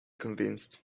convinced